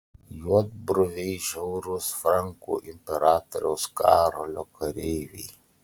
juodbruviai žiaurūs frankų imperatoriaus karolio kareiviai